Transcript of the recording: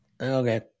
Okay